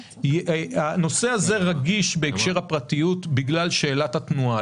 הנושא הזה רגיש בהקשר הפרטיות בגלל שאלת התנועה,